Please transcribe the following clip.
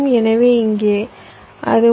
எனவே இங்கே அது 3